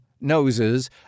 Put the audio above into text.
noses